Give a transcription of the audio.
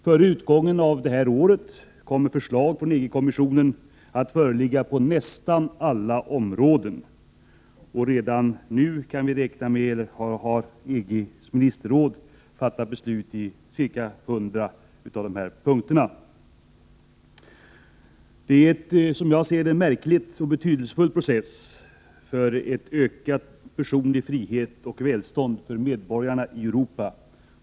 Före utgången av detta år kommer förslag från EG-kommissionen att föreligga på nästan alla områden. Vi kan redan nu räkna med att EG:s ministerråd fattat beslut i cirka hundra av dessa punkter. Som jag ser det är det en märklig och betydelsefull process som nu pågår för en ökad personlig frihet och ett ökat välstånd för medborgarna i Europa.